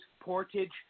Portage